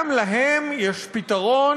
גם להם יש פתרון